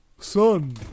Son